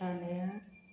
थाण्यार